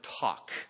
talk